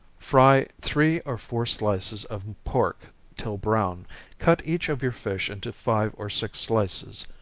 fry three or four slices of pork till brown cut each of your fish into five or six slices,